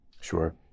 Sure